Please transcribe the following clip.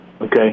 Okay